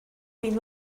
been